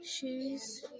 shoes